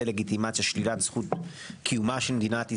דה לגיטימציה שלילת זכות קיומה של מדינת ישראל,